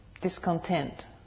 discontent